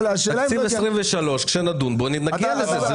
תקציב 2023, עת נדון בו, נביא את זה.